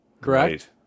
correct